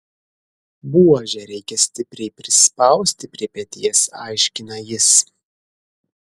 buožę reikia stipriai prispausti prie peties aiškina jis